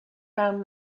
found